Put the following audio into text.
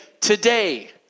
today